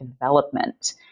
development